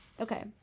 Okay